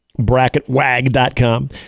Bracketwag.com